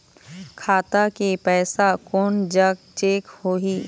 खाता के पैसा कोन जग चेक होही?